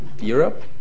Europe